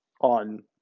on